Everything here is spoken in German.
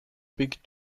big